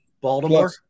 Baltimore